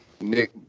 Nick